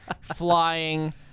flying